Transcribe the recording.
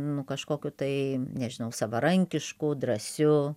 nu kažkokiu tai nežinau savarankišku drąsiu